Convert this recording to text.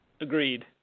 agreed